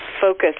focus